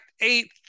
Eight